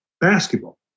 basketball